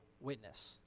witness